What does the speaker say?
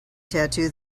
tattoo